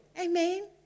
amen